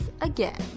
again